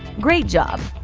great job.